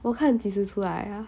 我看几时出来 ah